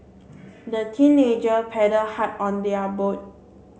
the teenager paddle hard on their boat